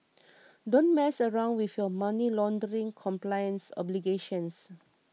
don't mess around with your money laundering compliance obligations